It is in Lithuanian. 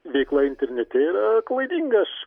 veikla internete yra klaidingas